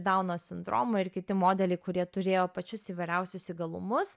dauno sindromą ir kiti modeliai kurie turėjo pačius įvairiausius įgalumus